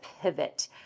pivot